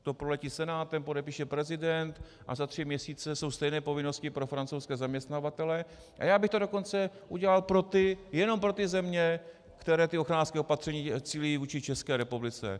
Pak to proletí Senátem, podepíše prezident a za tři měsíce jsou stejné povinnosti pro francouzské zaměstnavatele, a já bych to dokonce udělal jenom pro ty země, které ochranářská opatření cílí vůči České republice.